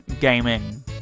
gaming